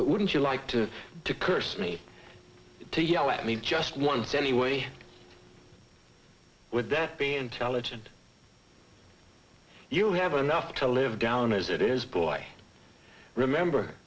wouldn't you like to to curse me to yell at me just once anyway with that being intelligent you'll have enough to live down as it is boy remember